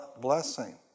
blessing